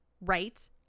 right